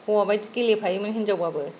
हौवाबादि गेलेफायोमोन हिनजावबाबो